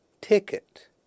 Ticket